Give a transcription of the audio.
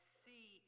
see